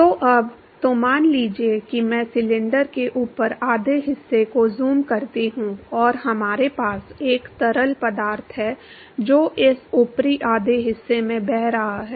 तो अब तो मान लीजिए कि मैं सिलेंडर के ऊपरी आधे हिस्से को ज़ूम करता हूं और हमारे पास एक तरल पदार्थ है जो इस ऊपरी आधे हिस्से से बह रहा है